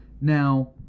Now